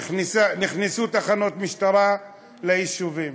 נכנסו תחנות משטרה ליישובים.